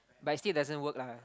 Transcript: but it still doesn't work lah